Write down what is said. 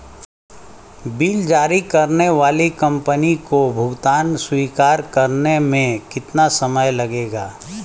Bill जारी करने वाली कंपनी को भुगतान स्वीकार करने में कितना समय लगेगा?